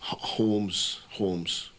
homes homes